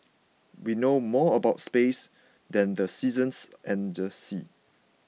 we know more about space than the seasons and the sea